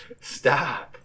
Stop